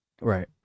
Right